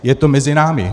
Je to mezi námi.